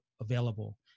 available